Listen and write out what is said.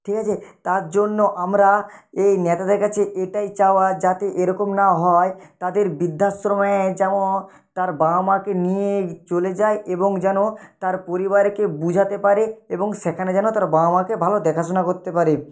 ঠিক আছে তার জন্য আমরা এই নেতাদের কাছে এটাই চাওয়া যাতে এরকম না হয় তাদের বৃদ্ধাশ্রমে যেন তার বাবা মাকে নিয়ে চলে যায় এবং যেন তার পরিবারকে বোঝাতে পারে এবং সেখানে যেন তার বাবা মাকে ভালো দেখাশোনা করতে পারে